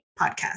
podcast